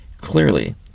clearly